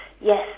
Yes